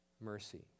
mercy